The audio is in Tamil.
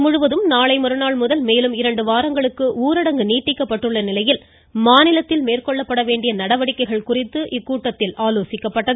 நாடு முழுவதும் நாளை மறுநாள் முதல் மேலும் இரண்டு வாரங்களுக்கு ஊரடங்கு நீட்டிக்கப்பட்டுள்ள நிலையில் மாநிலத்தில் மேற்கொள்ளப்பட வேண்டிய நடவடிக்கைகள் தொடர்பாக இக்கூட்டத்தில் ஆலோசிக்கப்பட்டது